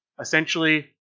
essentially